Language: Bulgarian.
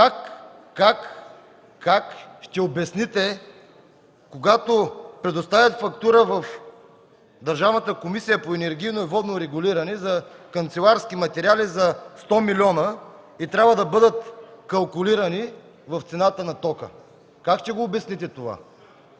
как ще обясните, когато предоставите фактура в Държавната комисия по енергийно и водно регулиране за канцеларски материали за 100 милиона и трябва да бъдат калкулирани в цената на тока? Как ще го обясните това?